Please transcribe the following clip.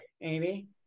Amy